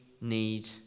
need